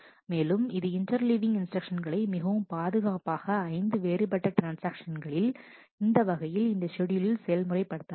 மேலும் இது interleaving instructions களை மிகவும் பாதுகாப்பாக ஐந்து வேறுபட்ட ட்ரான்ஸ்ஆக்ஷன்களில் இந்த வகையில் இந்த ஷெட்யூலில் செயல்முறை படுத்தலாம்